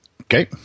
Okay